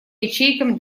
ячейкам